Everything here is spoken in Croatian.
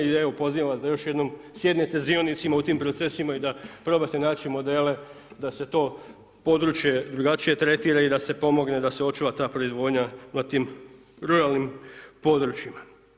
I evo pozivam vas da još jednom sjednete s dionicima u tim procesima i da probate naći modele da se to područje drugačije tretira i da se pomogne da se očuva ta proizvodnja na tim ruralnim područjima.